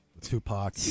Tupac